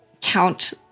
count